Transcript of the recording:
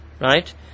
Right